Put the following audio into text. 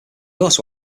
also